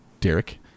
Derek